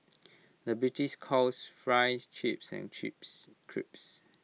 the British calls Fries Chips and Chips Crisps